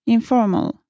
Informal